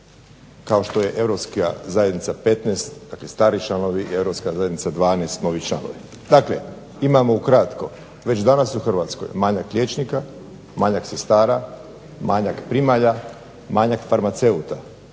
kao što je europska zajednica 15, dakle stari članovi europska zajednica 12 novi članovi. Dakle imamo ukratko već danas u Hrvatskoj manjak liječnika, manjak sestara, manjak primalja, manjak farmaceuta,